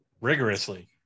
rigorously